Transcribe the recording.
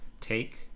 take